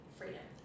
freedom